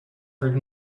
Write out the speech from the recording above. heard